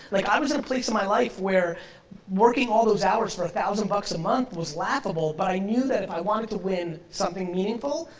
like i was in a place in my life where working all those hours for a thousand bucks a month was laughable, but i knew that if i wanted to win something meaningful,